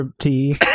tea